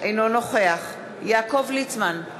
אינו נוכח יעקב ליצמן,